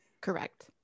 Correct